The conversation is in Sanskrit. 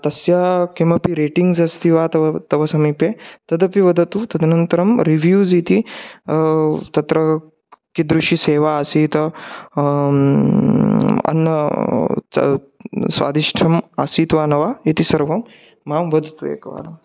तस्य किमपि रेटिङ्ग्स् अस्ति वा तव तव समीपे तदपि वदतु तदनन्तरं रिव्यूस् इति तत्र किदृशी सेवा आसीत् अन्नं स्वादिष्टम् आसीत् वा न वा इति सर्वं मां वदतु एकवारम्